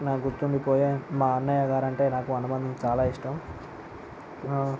నా గుర్తుండి పోయే మా అన్నయ్యగారు అంటే నాకు అనుబంధం చాలా ఇష్టం